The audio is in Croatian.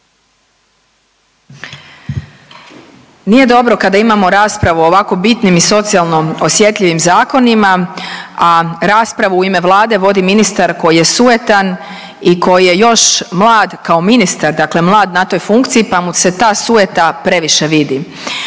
Nije dobro kada imamo raspravu o ovako bitnim i socijalno osjetljivim zakonima, a raspravu u ime Vlade vodi ministar koji je sujetan i koji je još mlad kao ministar, dakle mlad na toj funkciji pa mu se ta sujeta previše vidi.